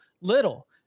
little